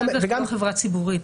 --- חברת אג"ח היא לא חברה ציבורית.